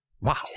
Wow